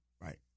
Right